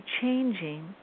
changing